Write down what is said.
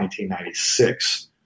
1996